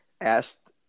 asked